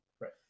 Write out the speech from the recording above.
Right